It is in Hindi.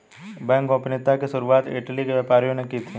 बैंक गोपनीयता की शुरुआत इटली के व्यापारियों ने की थी